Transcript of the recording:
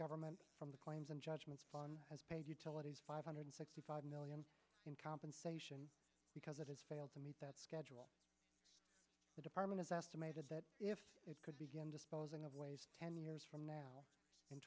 government from the claims and judgments on has paid utilities five hundred sixty five million in compensation because it has failed to meet that schedule the department is estimated that it could begin disposing of ways ten years from now